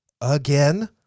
again